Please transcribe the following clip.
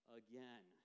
again